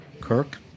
Kirk